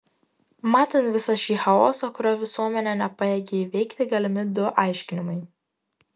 matant visą šį chaosą kurio visuomenė nepajėgia įveikti galimi du aiškinimai